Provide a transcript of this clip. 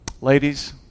Ladies